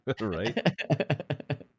Right